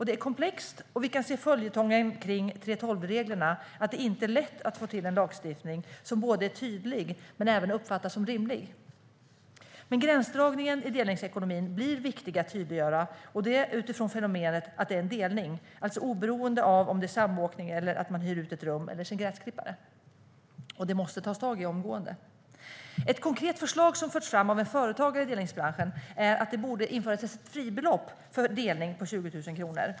Det är komplext, och vi kan se följetongen kring 3:12-reglerna, att det inte är lätt att få till en lagstiftning som är tydlig men även uppfattas som rimlig. Men gränsdragningen i delningsekonomin blir viktig att tydliggöra, utifrån fenomenet att det är en delning, alltså oberoende av om det gäller samåkning eller att man hyr ut ett rum eller sin gräsklippare. Det måste det tas tag i omgående. Ett konkret förslag som har förts fram av en företagare i delningsbranschen är att det borde införas ett fribelopp för delning på 20 000 kronor.